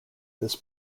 this